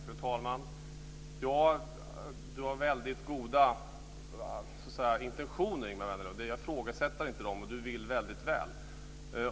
Fru talman! Ingemar Vänerlöv har väldigt goda intentioner, och jag ifrågasätter inte dem. Han vill väldigt väl.